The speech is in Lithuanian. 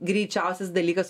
greičiausias dalykas